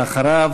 ואחריו,